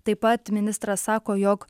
taip pat ministras sako jog